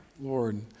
Lord